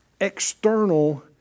external